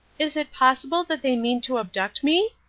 is it possible that they mean to abduct me?